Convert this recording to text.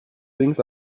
things